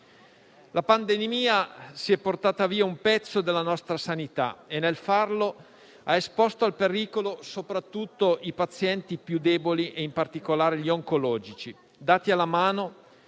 La pandemia si è portata via un pezzo della nostra sanità e, nel farlo, ha esposto al pericolo soprattutto i pazienti più deboli e, in particolare, gli oncologici. Dati alla mano,